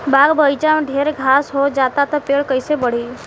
बाग बगइचा में ढेर घास हो जाता तो पेड़ कईसे बढ़ी